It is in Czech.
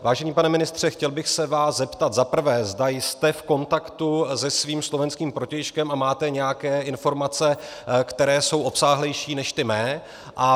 Vážený pane ministře, chtěl bych se vás zeptat zaprvé, zda jste v kontaktu se svým slovenským protějškem a máte nějaké informace, které jsou obsáhlejší než ty mé.